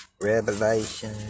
Revelation